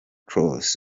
cross